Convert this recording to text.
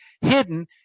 hidden